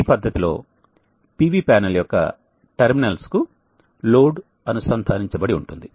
ఈ పద్ధతిలో PV panel యొక్క టెర్మినల్స్ కు లోడ్ అనుసంధానించబడి ఉంటుంది